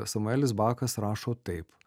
samuelis bakas rašo taip